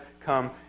come